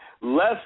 less